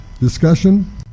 Discussion